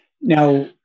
Now